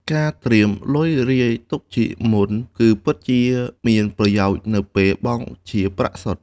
ការត្រៀមលុយរាយទុកជាមុន គឺពិតជាមានប្រយោជន៍នៅពេលបង់ជាប្រាក់សុទ្ធ។